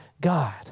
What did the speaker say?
God